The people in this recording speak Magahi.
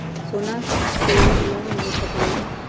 सोना से लोन मिल सकलई ह?